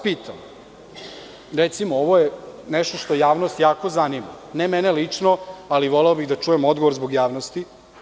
Recimo, ovo je nešto što javnost jako zanima, ne mene lično, ali voleo bih da čujem odgovor zbog javnosti.